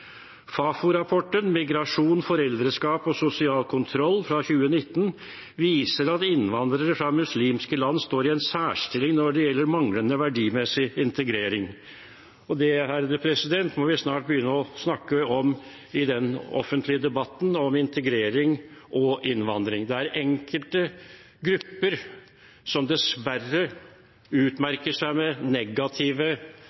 Migrasjon, foreldreskap og sosial kontroll fra 2019, viser at innvandrere fra muslimske land står i en særstilling når det gjelder manglende verdimessig integrering. Det må vi snart begynne å snakke om i den offentlige debatten om integrering og innvandring. Det er enkelte grupper som dessverre